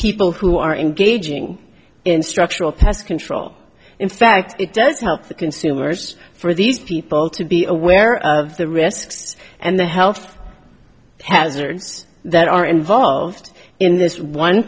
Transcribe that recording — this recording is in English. people who are engaging in structural pest control in fact it does help the consumers for these people to be aware of the risks and the health hazards that are involved in this one